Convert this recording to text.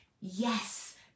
Yes